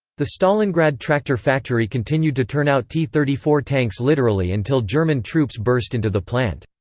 the stalingrad tractor factory continued to turn out t thirty four tanks literally until german troops burst into the plant.